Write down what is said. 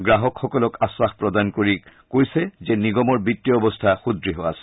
গ্ৰাহকসকলক আশ্বাস প্ৰদান কৰি কৈছে যে নিগমৰ বিত্তীয় অৱস্থা সুদ্ঢ় আছে